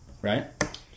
Right